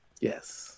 Yes